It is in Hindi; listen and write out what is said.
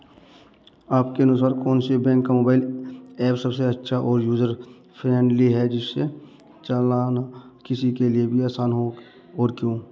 आपके अनुसार कौन से बैंक का मोबाइल ऐप सबसे अच्छा और यूजर फ्रेंडली है जिसे चलाना किसी के लिए भी आसान हो और क्यों?